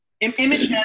image